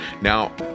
Now